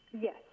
yes